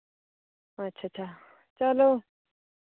अच्छा अच्छा चलो